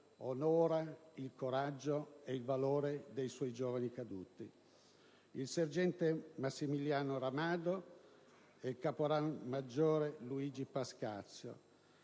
onorano il coraggio e il valore dei suoi giovani caduti: il sergente Massimiliano Ramadù e il caporalmaggiore Luigi Pascazio.